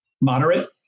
moderate